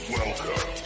Welcome